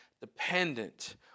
dependent